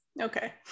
okay